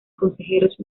consejeros